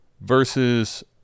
versus